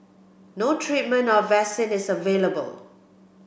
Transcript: no treatment or vaccine is available